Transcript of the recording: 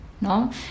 no